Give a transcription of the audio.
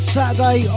Saturday